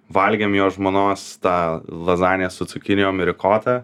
valgėm jo žmonos tą lazaniją su cukinijom ir rikota